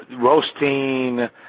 roasting